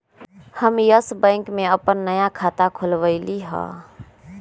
हम yes bank में अप्पन नया खाता खोलबईलि ह